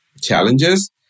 challenges